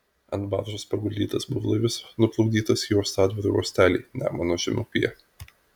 ant baržos paguldytas burlaivis nuplukdytas į uostadvario uostelį nemuno žemupyje